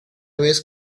vez